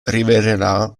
rivelerà